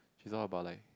it's all about like